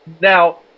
Now